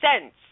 cents